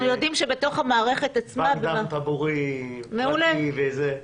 יודעים שבתוך המערכת עצמה --- ובנק דם טבורי פרטי וזה.